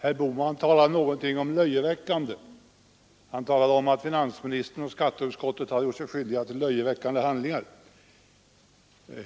Fru talman! Herr Bohman menade att finansministern och skatteutskottet har gjort sig skyldiga till löjeväckande handlingar.